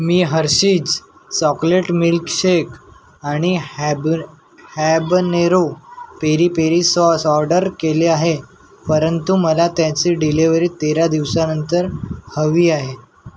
मी Hershey's chocolate milk shake आणि हॅब habanero peri peri sauce order केले आहे परंतु मला त्याची डिलिव्हरी तेरा दिवसानंतर हवी आहे